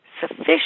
sufficient